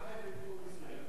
כל אחד מתמחה בתחום מסוים.